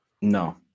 No